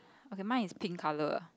okay mine is pink color uh